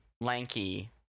Lanky